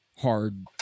hard